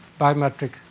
biometric